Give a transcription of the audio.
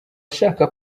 ashaka